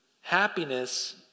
Happiness